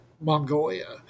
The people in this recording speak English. Mongolia